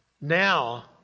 Now